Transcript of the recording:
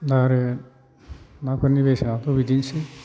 दा आरो नाफोरनि बेसेनाथ' बिदिनोसै